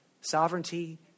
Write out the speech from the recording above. sovereignty